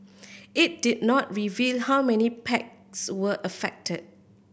it did not reveal how many packs were affected